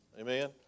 Amen